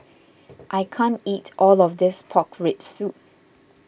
I can't eat all of this Pork Rib Soup